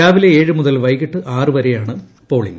രാവിലെ എഴ് മുതൽ വൈകിട്ട് ആറ് വരെയാണ് പോളിംങ്